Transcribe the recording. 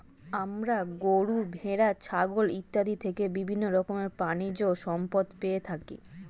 আমরা গরু, ভেড়া, ছাগল ইত্যাদি থেকে বিভিন্ন রকমের প্রাণীজ সম্পদ পেয়ে থাকি